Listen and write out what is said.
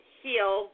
heal